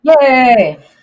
Yay